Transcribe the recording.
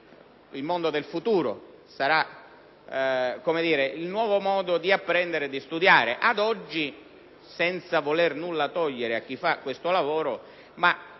il mondo del futuro, sarà il nuovo modo di apprendere e di studiare; ad oggi, senza voler nulla togliere a chi fa questo lavoro, in